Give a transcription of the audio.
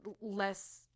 less